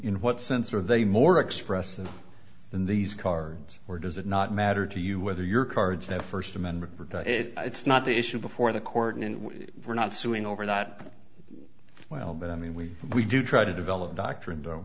what sense are they more expressive in these cards or does it not matter to you whether your cards that first amendment it's not the issue before the court and we're not suing over that well but i mean we we do try to develop doctrine